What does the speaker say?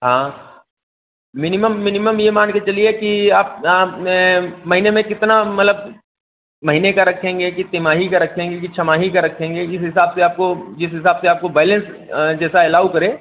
हाँ minimum minimum यह मान कर चलिए कि आप आप मे महीने में कितना मतलब महीने का रखेंगे का तिमाही का रखेंगे कि छमाही का रखेंगे इस हिसाब से आपको जिस हिसाब से आपको बइलेंस जैसा एलाऊ करे